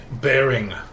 bearing